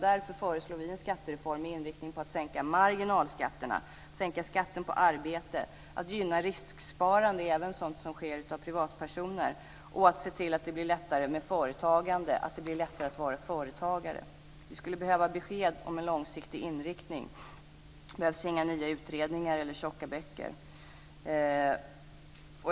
Därför föreslår vi en skattereform med inriktning på att sänka marginalskatterna, att sänka skatten på arbete, att gynna risksparande, även sådant som görs av privatpersoner, och att se till att det blir lättare att vara företagare. Vi skulle behöva besked om en långsiktig inriktning. Det behövs inga nya utredningar eller tjocka böcker. Fru talman!